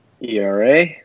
ERA